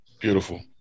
Beautiful